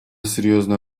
серьезно